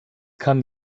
kann